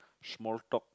small talk